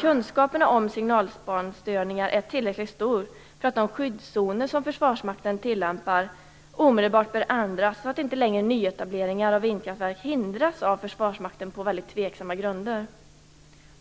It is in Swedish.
kunskaperna om signalspaningsstörningar är tillräckligt stora för att Försvarsmaktens skyddszoner omedelbart bör ändras, så att inte nyetableringar av vindkraftverk längre hindras av Försvarsmakten på tveksamma grunder.